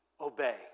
obey